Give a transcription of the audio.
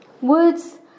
Words